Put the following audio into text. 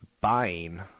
buying